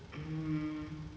mm